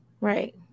right